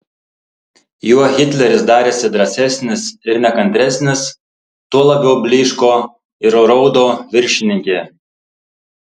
juo hitleris darėsi drąsesnis ir nekantresnis tuo labiau blyško ir raudo viršininkė